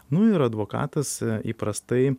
nu ir advokatas įprastai